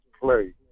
play